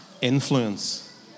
Influence